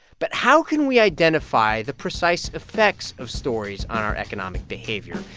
but how can we identify the precise effects of stories on our economic behavior?